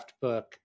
book